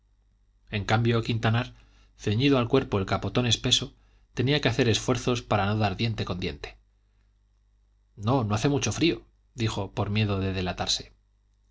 en cambio quintanar ceñido al cuerpo el capotón espeso tenía que hacer esfuerzos para no dar diente con diente no no hace mucho frío dijo por miedo de delatarse